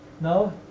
Now